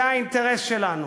זה האינטרס שלנו.